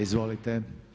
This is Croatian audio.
Izvolite.